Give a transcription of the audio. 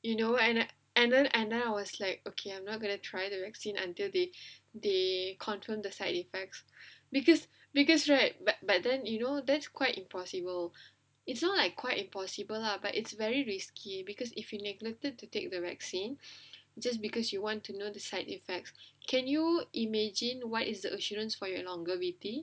you know and and then and then I was like okay I'm not going to try the vaccine until they they confirmed the side effects because because right but but then you know that's quite impossible it's not like quite impossible lah but it's very risky because if you neglected to take the vaccine just because you want to know the side effects can you imagine why is the assurance for your longer maybe